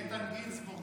איתן גינזבורג,